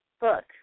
book